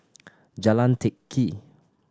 Jalan Teck Kee